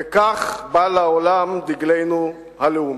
וכך בא לעולם דגלנו הלאומי".